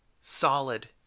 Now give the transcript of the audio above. solid